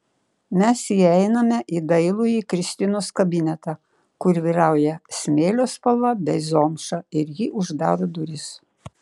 mes įeiname į dailųjį kristinos kabinetą kur vyrauja smėlio spalva bei zomša ir ji uždaro duris